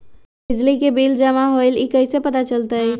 बिजली के बिल जमा होईल ई कैसे पता चलतै?